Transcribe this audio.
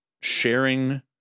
sharing